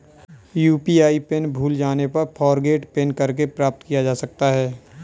UPI PIN भूल जाने पर फ़ॉरगोट पिन करके प्राप्त किया जा सकता है